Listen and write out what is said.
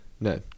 no